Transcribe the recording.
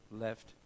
left